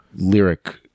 lyric